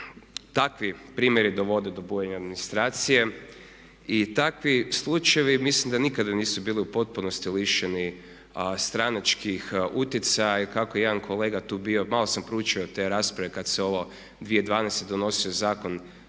takvi primjeri dovode do bujanja administracije i takvi slučajevi mislim da nikada nisu bili u potpunosti lišeni stranačkih utjecaja. I kako je jedan kolega tu bio, malo sam proučio te rasprave kada se ovo 2012. donosio zakon